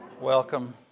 welcome